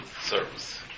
service